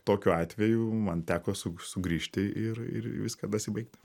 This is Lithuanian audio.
tokiu atveju man teko sugrįžti ir ir viską dasibaigt